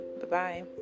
Bye-bye